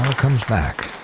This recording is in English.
comes back.